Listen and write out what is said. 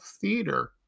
Theater